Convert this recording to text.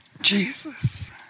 Jesus